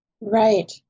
Right